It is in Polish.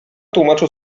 tłumaczą